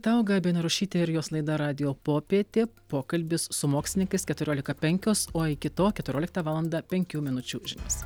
tau gabija narušytė ir jos laida radijo popietė pokalbis su mokslininkais keturiolika penkios o iki to keturioliktą valandą penkių minučių žinios